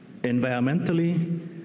environmentally